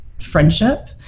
friendship